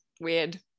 weird